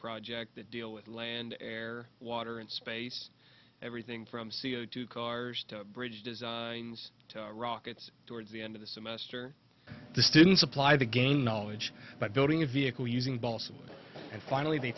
project that deal with land air water and space everything from c o two cars to bridge designs rockets towards the end of the semester the students applied to gain knowledge but building a vehicle using balsam and finally they